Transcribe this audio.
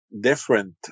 different